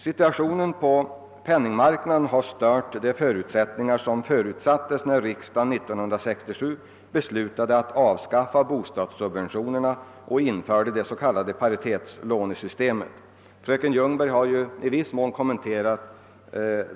Situationen på penningmarknaden har stört de förutsättningar som förutsattes när riksdagen 1967 beslutade att avskaffa bostadssubventionerna och införde det s.k. paritetslånesystemet, som fröken Ljungberg i viss mån kommenterat.